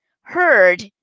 heard